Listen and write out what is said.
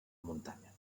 muntanya